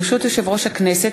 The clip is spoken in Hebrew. ברשות יושב-ראש הכנסת,